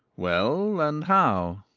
well, and how?